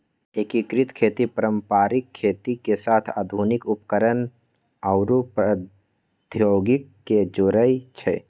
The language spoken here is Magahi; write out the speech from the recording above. एकीकृत खेती पारंपरिक खेती के साथ आधुनिक उपकरणअउर प्रौधोगोकी के जोरई छई